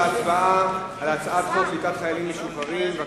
להצבעה על הצעת חוק קליטת חיילים משוחררים (תיקון,